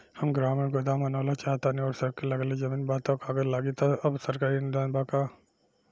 हम ग्रामीण गोदाम बनावल चाहतानी और सड़क से लगले जमीन बा त का कागज लागी आ सरकारी अनुदान बा का?